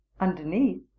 Underneath